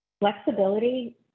flexibility